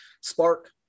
spark